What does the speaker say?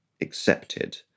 accepted